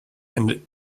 and